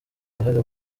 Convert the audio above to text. uruhare